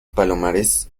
palomares